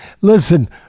Listen